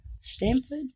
Stanford